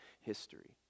history